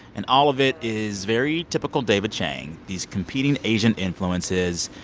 and all of it is very typical david chang these competing asian influences,